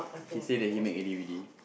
he say that he make ready ready